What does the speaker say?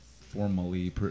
formally